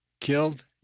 killed